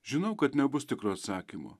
žinau kad nebus tikro atsakymo